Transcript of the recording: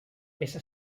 peça